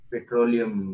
Petroleum